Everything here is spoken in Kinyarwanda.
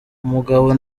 umugabo